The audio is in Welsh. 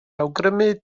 awgrymu